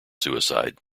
suicide